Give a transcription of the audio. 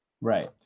Right